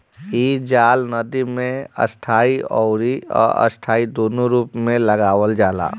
इ जाल नदी में स्थाई अउरी अस्थाई दूनो रूप में लगावल जाला